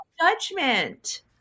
judgment